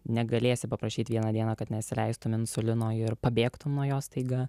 negalėsi paprašyti vieną dieną kad nesileistum insulino ir pabėgtum nuo jo staiga